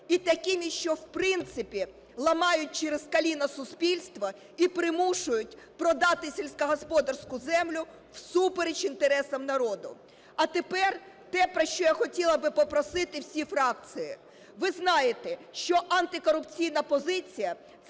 і такими, що в принципі ламають через коліно суспільство і примушують продати сільськогосподарську землю всупереч інтересам народу. А тепер те, про що я хотіла би попросити всі фракції. Ви знаєте, що антикорупційна позиція -